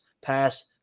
pass